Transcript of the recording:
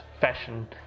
fashion